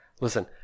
Listen